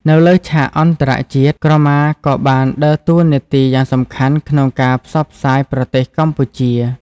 នៅលើឆាកអន្តរជាតិ ក្រមាក៏បានដើរតួនាទីយ៉ាងសំខាន់ក្នុងការផ្សព្វផ្សាយប្រទេសកម្ពុជា។